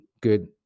good